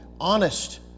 honest